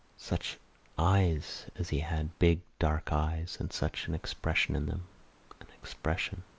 such eyes as he had big, dark eyes! and such an expression in them an expression!